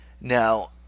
Now